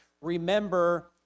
remember